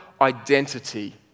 identity